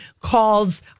calls